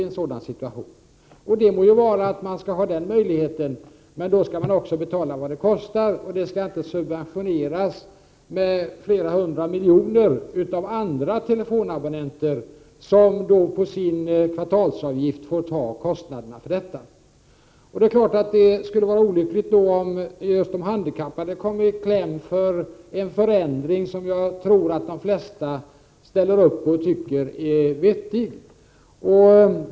Det må ju så vara att man skall ha den möjligheten, men då skall man också betala vad det kostar. Det skall inte subventioneras för flera hundra miljoner kronor av andra telefonabonnenter, som får ta kostnaderna på sin kvartalsavgift. Det skulle självfallet vara olyckligt om just de handikappade kommer i kläm vid en förändring som jag tror att de flesta ställer upp bakom och tycker är vettig.